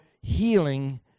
healing